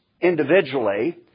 individually